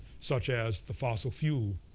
such as the fossil fuel,